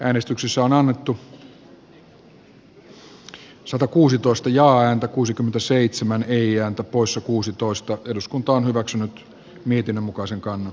reijo hongiston ehdotus ja elsi kataisen ehdotus ovat saman sisältöiset joten niistä äänestetään yhdessä mietintöä vastaan